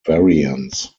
variants